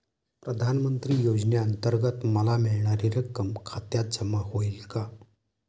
प्रधानमंत्री योजनेअंतर्गत मला मिळणारी रक्कम खात्यात जमा होईल का?